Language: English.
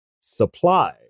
supply